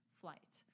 flight